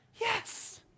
yes